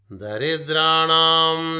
Daridranam